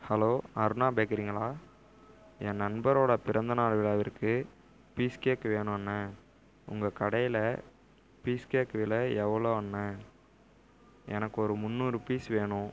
hello Aruna பேக்கிரிங்களா என் நண்பரோடய பிறந்தநாள் விழாவிற்கு பீஸ் கேக்கு வேணுண்ண உங்கள் கடையில் பீஸ் கேக் விலை எவ்வளோ அண்ணே எனக்கு ஒரு முந்நூறு பீஸ் வேணும்